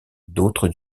d’autres